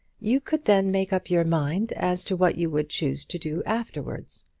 you could then make up your mind as to what you would choose to do afterwards.